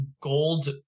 gold